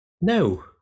No